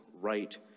right